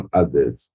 others